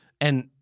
and-